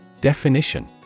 Definition